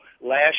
Last